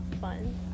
fun